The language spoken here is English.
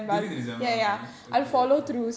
during the december month okay okay